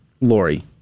Lori